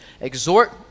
Exhort